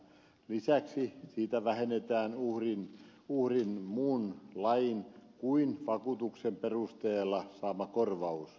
lisäksi siitä vähennetään uhrin muun lain kuin vakuutuksen perusteella saama korvaus